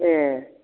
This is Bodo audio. ए